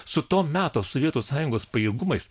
su to meto sovietų sąjungos pajėgumais